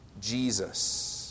Jesus